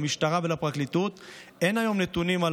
למשטרה ולפרקליטות אין היום נתונים על